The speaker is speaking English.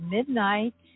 Midnight